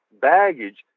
baggage